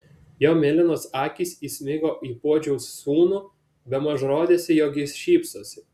jo mėlynos akys įsmigo į puodžiaus sūnų bemaž rodėsi jog jis šypsosi